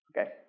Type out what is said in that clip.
Okay